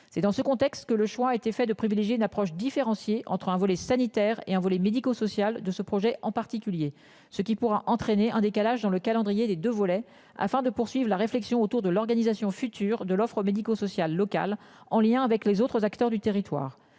C'est dans ce contexte que le choix a été fait de privilégier une approche différenciée entre un volet sanitaire et un volet médico-social de ce projet en particulier ce qui pourra entraîner un décalage dans le calendrier des 2 volets afin de poursuivre la réflexion autour de l'organisation future de l'offre médico-social local en lien avec les autres acteurs du territoire